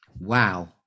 Wow